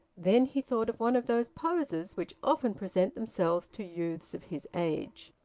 then he thought of one of those posers which often present themselves to youths of his age.